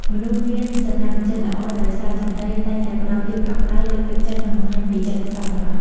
មនុស្សមានសន្តានចិត្តល្អដោយសារ សម្ដីតែងតែផ្ដល់ភាពកក់ក្ដៅ លើកទឹកចិត្ត និងបង្ហាញពីចិត្តសប្បុរស។